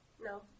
No